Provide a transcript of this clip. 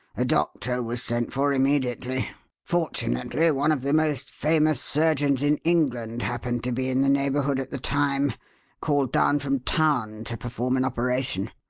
a doctor was sent for immediately fortunately one of the most famous surgeons in england happened to be in the neighbourhood at the time called down from town to perform an operation.